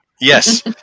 Yes